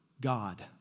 God